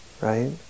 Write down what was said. right